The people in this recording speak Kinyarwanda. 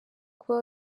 kuba